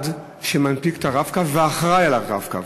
שמנפיק את ה"רב-קו" ואחראי ל"רב-קו".